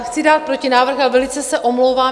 Chci dát protinávrh a velice se omlouvám.